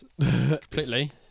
completely